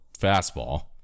fastball